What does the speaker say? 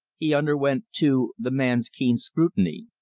he underwent, too, the man's keen scrutiny,